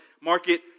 market